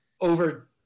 over –